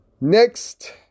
Next